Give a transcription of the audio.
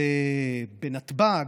בנתב"ג,